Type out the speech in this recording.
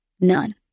None